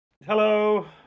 Hello